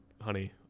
honey